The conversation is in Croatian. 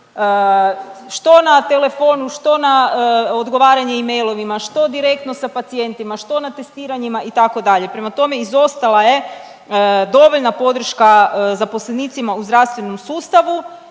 što na telefonu, što na odgovaranje emailovima, što direktno sa pacijentima, što na testiranjima itd. Prema tome izostala je dovoljna podrška zaposlenicima u zdravstvenom sustavu.